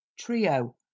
TRIO